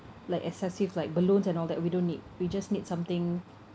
like excessive like balloons and all that we don't need we just need something